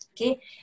Okay